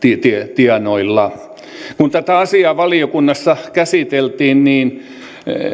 tienoilla kun tätä asiaa valiokunnassa käsiteltiin niin